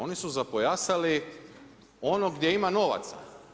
Oni su zapojasali, ono gdje ima novaca.